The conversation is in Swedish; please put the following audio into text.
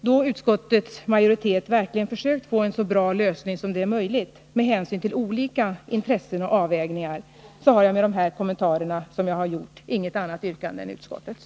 Då utskottets majoritet verkligen försökt få en så bra lösning som det är möjligt med hänsyn till olika intressen och avvägningar, har jag med de kommentarer jag här gjort inget annat yrkande än utskottets.